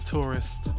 Tourist